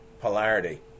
polarity